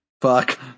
Fuck